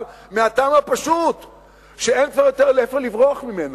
מהטעם הפשוט שאין כבר לאן לברוח ממנו.